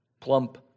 plump